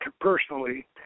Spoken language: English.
personally